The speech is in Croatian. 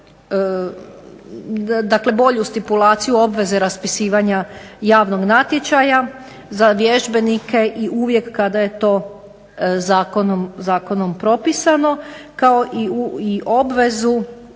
dakle bolju stipulaciju obveze raspisivanja javnog natječaja za vježbenike i uvijek kada je to zakonom propisano kao i obvezu